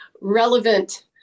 relevant